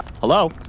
Hello